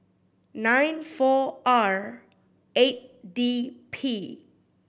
nine four R eight D P